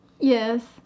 Yes